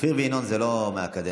אופיר וינון זה לא מהקדנציה הנוכחית.